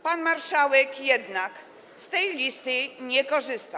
Pan marszałek jednak z tej listy nie korzysta.